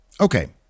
Okay